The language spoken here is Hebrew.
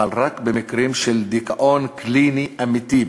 אבל רק במקרים של דיכאון קליני אמיתי,